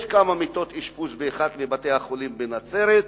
יש כמה מיטות אשפוז באחד מבתי-החולים בנצרת,